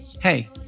Hey